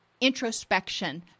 introspection